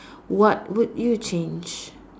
what would you change